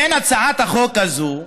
הצעת החוק הזאת,